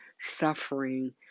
suffering